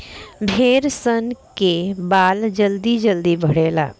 भेड़ सन के बाल जल्दी जल्दी बढ़ेला